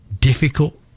difficult